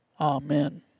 Amen